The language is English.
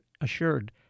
assured